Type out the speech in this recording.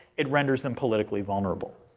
it renders them politically vulnerable.